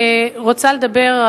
וגם לחבר הכנסת